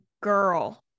girl